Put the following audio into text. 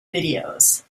videos